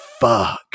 Fuck